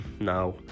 Now